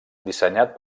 dissenyat